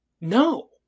no